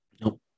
No